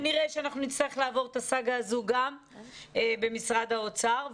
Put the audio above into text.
כנראה נצטרך לעבור את הסאגה הזו גם במשרד האוצר.